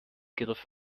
griff